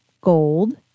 gold